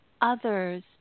others